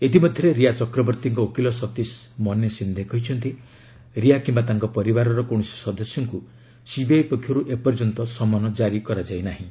ଇତିମଧ୍ୟରେ ରିୟା ଚକ୍ରବର୍ତ୍ତୀଙ୍କ ଓକିଲ ସତୀଶ ମନେ ଶିନ୍ଦେ କହିଛନ୍ତି ରିୟା କିମ୍ବା ତାଙ୍କ ପରିବାରର କୌଣସି ସଦସ୍ୟଙ୍କୁ ସିବିଆଇ ପକ୍ଷରୁ ଏ ପର୍ଯ୍ୟନ୍ତ ସମନ କାରି କରାଯାଇ ନାହିଁ